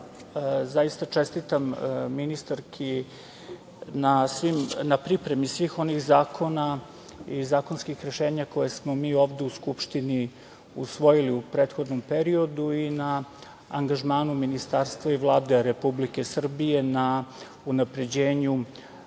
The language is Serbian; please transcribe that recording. zaista čestitam ministarki na pripremi svih onih zakona i zakonskih rešenja koja smo mi ovde u Skupštini usvojili u prethodnom periodu i na angažmanu Ministarstva i Vlade Republike Srbije na unapređenju